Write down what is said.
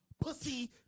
Pussy